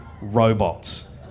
Robots